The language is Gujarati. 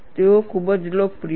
તેઓ ખૂબ જ લોકપ્રિય છે